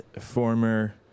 former